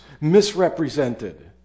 misrepresented